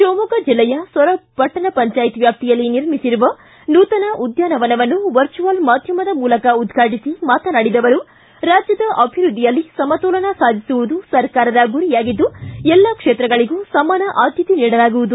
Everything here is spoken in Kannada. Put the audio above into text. ಶಿವಮೊಗ್ಗ ಜೆಲ್ಲೆಯ ಸೊರಬ ಪಟ್ಟಣ ಪಂಚಾಯತ್ ವ್ಯಾಪ್ತಿಯಲ್ಲಿ ನಿರ್ಮಿಸಿರುವ ನೂತನ ಉದ್ಯಾನವನ್ನು ವರ್ಚುವಲ್ ಮಾಧ್ಯಮದ ಮೂಲಕ ಉದ್ಘಾಟಿಸಿ ಮಾತನಾಡಿದ ಅವರು ರಾಜ್ಯದ ಅಭಿವೃದ್ಧಿಯಲ್ಲಿ ಸಮತೋಲನ ಸಾಧಿಸುವುದು ಸರ್ಕಾರದ ಗುರಿಯಾಗಿದ್ದು ಎಲ್ಲ ಕ್ಷೇತ್ರಗಳಗೂ ಸಮಾನ ಆದ್ಯತೆ ನೀಡಲಾಗುವುದು